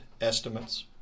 Estimates